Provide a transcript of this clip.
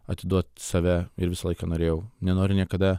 atiduot save ir visą laiką norėjau nenoriu niekada